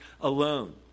alone